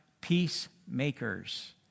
peacemakers